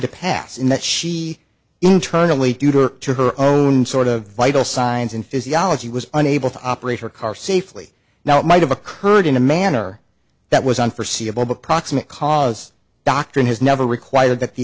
to pass in that she internally to her own sort of vital signs and physiology was unable to operate her car safely now it might have occurred in a manner that was an forseeable but proximate cause doctrine has never required that the